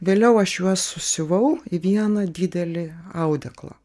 vėliau aš juos susiuvau į vieną didelį audeklą